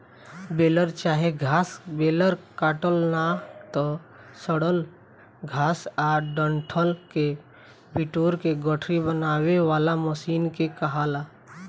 baler चाहे घास baler काटल ना त सड़ल घास आ डंठल के बिटोर के गठरी बनावे वाला मशीन के कहाला